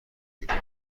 بیرون